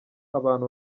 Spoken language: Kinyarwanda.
abantu